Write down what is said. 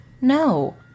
No